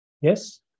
Yes